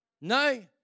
No